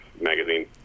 magazine